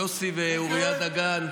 יוסי ואוריה דגן,